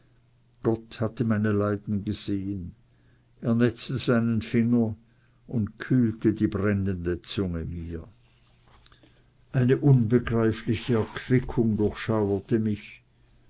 gott hatte meine leiden gesehen er netzte seinen finger und kühlte die brennende zunge mir eine unbegreifliche erquickung durchschauerte mich